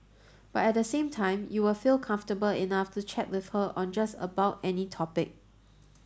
but at the same time you will feel comfortable enough to chat with her on just about any topic